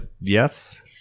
Yes